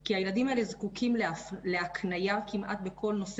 כי הילדים האלה זקוקים להקניה כמעט בכל נושא